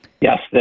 yes